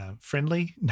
friendly